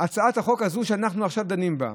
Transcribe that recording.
הצעת החוק הזו, שאנחנו עכשיו דנים בה?